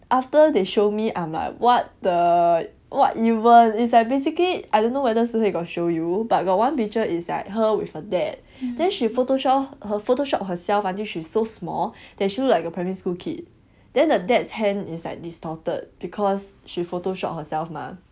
after they show me I'm like what the what even is like basically I don't know whether si hui got show you but got one picture it's like her with her dad then she photoshop her photoshop herself until she so small that she like a primary school kid then the dad's hand is like distorted because she photoshop herself mah